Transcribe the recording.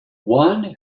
one